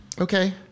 Okay